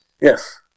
Yes